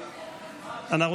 חברות וחברי הכנסת.